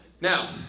Now